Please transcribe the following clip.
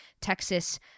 Texas